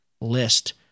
list